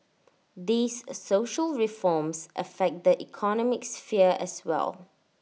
these social reforms affect the economic sphere as well